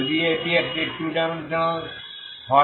যদি এটি একটি টু ডাইমেনশনাল হয়